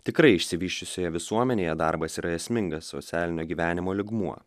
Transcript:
tikrai išsivysčiusioje visuomenėje darbas yra esmingas socialinio gyvenimo lygmuo